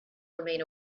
remain